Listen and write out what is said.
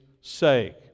sake